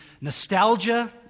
nostalgia